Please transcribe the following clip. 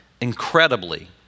incredibly